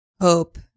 hope